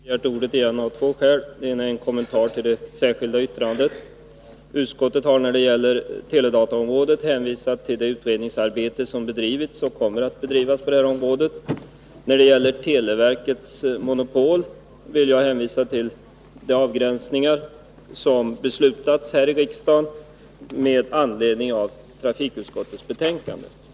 Herr talman! Jag har begärt ordet av två skäl. Det ena är att jag ville göra en kommentar till det särskilda yttrandet i KU:s betänkande. Utskottet har vad gäller teledataområdet hänvisat till det utredningsarbete som bedrivits och som kommer att bedrivas. Beträffande televerkets monopol vill jag hänvisa till vad som beslutats här i kammaren i samband med behandlingen av trafikutskottets betänkande.